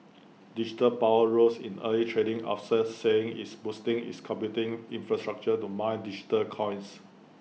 digital power rose in early trading after saying it's boosting its computing infrastructure to mine digital coins